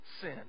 sin